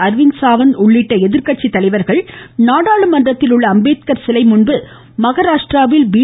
அரவிந்த் சாவந் உள்ளிட்ட எதிர்கட்சித்தலைவர்கள் நாடாளுமன்றத்தில் உள்ள அம்பேத்கர் சிலை மன்பு மஹராஷ்ட்ராவில் பி